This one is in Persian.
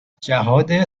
جهاد